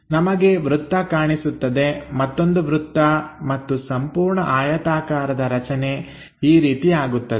ನಮಗೆ ವೃತ್ತ ಕಾಣಿಸುತ್ತದೆ ಮತ್ತೊಂದು ವೃತ್ತ ಮತ್ತು ಸಂಪೂರ್ಣ ಆಯತಾಕಾರದ ರಚನೆ ಈ ರೀತಿ ಆಗುತ್ತದೆ